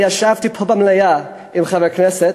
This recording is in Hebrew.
אני ישבתי פה במליאה עם חבר הכנסת,